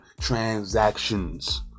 transactions